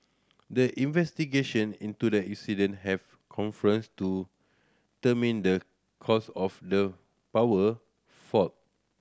the investigation into the incident have to determine the cause of the power fault